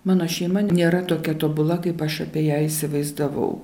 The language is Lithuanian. mano šeima nėra tokia tobula kaip aš apie ją įsivaizdavau